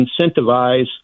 incentivize